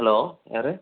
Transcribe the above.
hello யார்